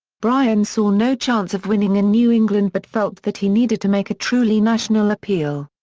bryan saw no chance of winning in new england but felt that he needed to make a truly national appeal.